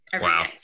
Wow